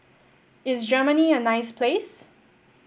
is Germany a nice place